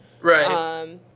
Right